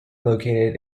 located